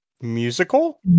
musical